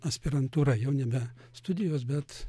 aspirantūra jau nebe studijos bet